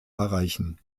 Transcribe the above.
erreichen